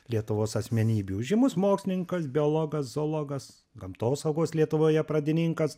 lietuvos asmenybių žymus mokslininkas biologas zoologas gamtosaugos lietuvoje pradininkas